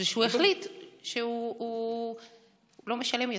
זה שהוא החליט שהוא לא משלם יותר.